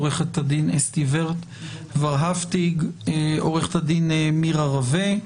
עורכת הדין אסתי ורהפטיג, עורכת הדין מירה רווה.